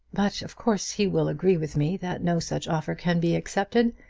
but of course he will agree with me that no such offer can be accepted.